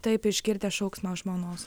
taip išgirdęs šauksmą žmonos